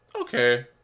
Okay